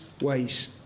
ways